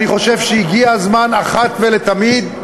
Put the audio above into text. אני חושב שהגיע הזמן אחת ולתמיד,